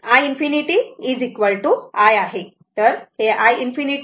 तर हा करंट खरेतर i ∞ i आहे